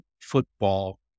football